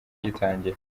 igitangira